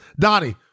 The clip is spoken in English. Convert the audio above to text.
Donnie